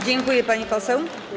Dziękuję, pani poseł.